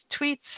tweets